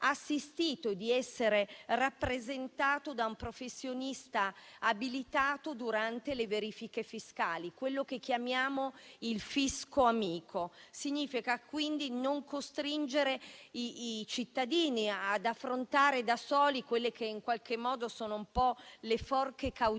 e rappresentato da un professionista abilitato durante le verifiche fiscali (quello che chiamiamo il fisco amico). Ciò significa quindi non costringere i cittadini ad affrontare da soli quelle che in qualche modo sono le forche caudine